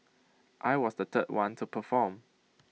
I was the third one to perform